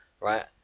Right